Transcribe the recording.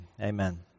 Amen